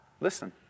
listen